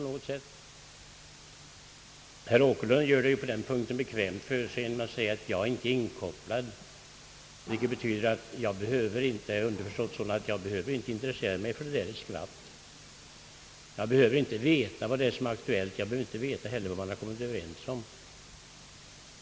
Herr Åkerlund gör det på den punkten bekvämt för sig genom att säga att han inte är inkopplad. Det betyder att han inte behöver intressera sig ett skvatt för det och inte behöver veta vad som är aktuellt eller vad man har kommit överens om.